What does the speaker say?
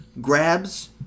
Grabs